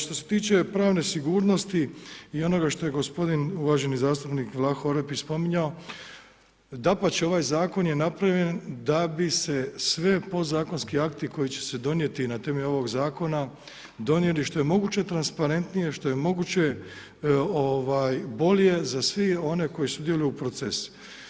Što se tiče pravne sigurnosti i onoga što je gospodin uvaženi zastupnik Vlaho Orepić spominjao, dapače, ovaj zakon je napravljen da bi se svi podzakonski akti koji će se donijeti na temelju ovoga zakona donijeli što je moguće transparentnije, što je moguće bole za sve one koji sudjeluju u procesima.